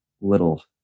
little